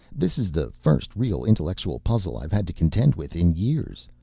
this is the first real intellectual puzzle i've had to contend with in years.